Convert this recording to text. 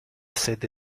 sede